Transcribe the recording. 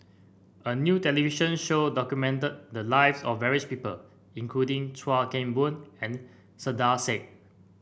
a new television show documented the lives of various people including Chuan Keng Boon and Saiedah Said